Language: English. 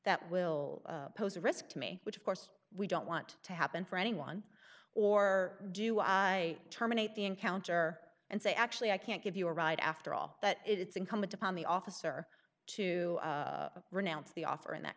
that will pose a risk to me which of course we don't want to happen for anyone or do i terminate the encounter and say actually i can't give you a ride after all that it's incumbent upon the officer to renounce the offer in that